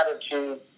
attitude